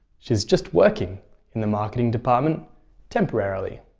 she's just working in the marketing department temporarily.